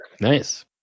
Nice